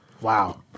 Wow